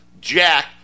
Jack